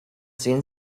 sehen